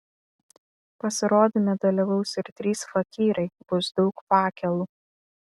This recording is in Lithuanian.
pasirodyme dalyvaus ir trys fakyrai bus daug fakelų